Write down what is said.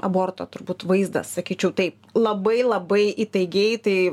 aborto turbūt vaizdas sakyčiau taip labai labai įtaigiai tai